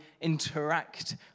interact